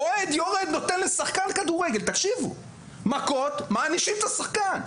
אוהד יורד ונותן מכות לשחקן כדורגל ומענישים את השחקן.